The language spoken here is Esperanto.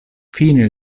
fine